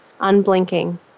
unblinking